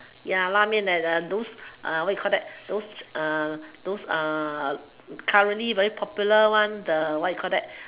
ya la-mian at the those what you call that those uh those uh currently very popular one the what you call that